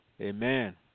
Amen